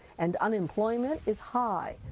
and unemployment is high.